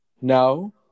No